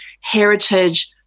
heritage